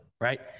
right